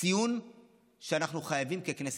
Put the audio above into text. ציון שאנחנו חייבים לפעול בה בכנסת.